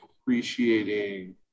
appreciating